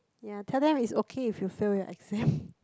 yea tell them it's okay if you fail your exam